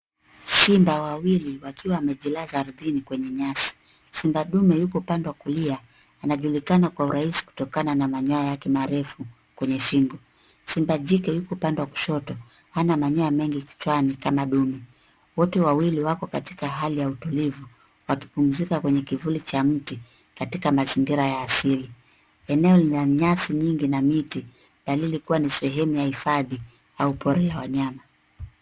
Simba wawili wakiwa wamejilaza ardhini kwenye nyasi. Simba dume yuko pande wa kulia, anajulikana kwa urahisi kutokana na manyoya yake marefu kwenye shingo. Simba jike yuko pande wa kushoto, hana manyoya mengi kichwani kama dume. Wote wawili wako katika hali ya utulivu, wakipumzika kwenye kivuli cha miti katika mazingira ya asili. Eneo lina nyasi nyingi na miti, hali lilikuwa ni sehemu ya hifadhi au pori la wanyama.